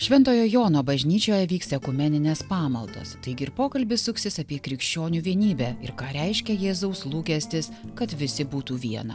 šventojo jono bažnyčioje vyks ekumeninės pamaldos taigi ir pokalbis suksis apie krikščionių vienybę ir ką reiškia jėzaus lūkestis kad visi būtų viena